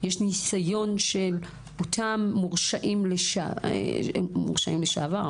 האם יש ניסיון של אותם מורשעים או אסירים